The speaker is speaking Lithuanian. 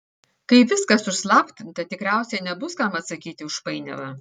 kai viskas užslaptinta tikriausiai nebus kam atsakyti už painiavą